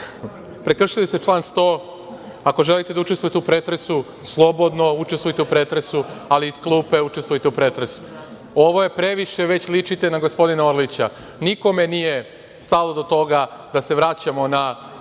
Prekršili ste član 100. Ako želite da učestvujete u pretresu, slobodno učestvujte u pretresu, ali iz klupe učestvujte u pretresu. Ovo je previše, već ličite na gospodina Orlića. Nikome nije stalo do toga da se vraćamo na